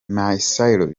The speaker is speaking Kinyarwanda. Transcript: myasiro